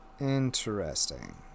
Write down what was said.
interesting